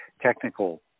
technical